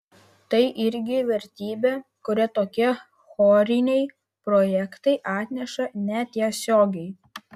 tai irgi vertybė kurią tokie choriniai projektai atneša netiesiogiai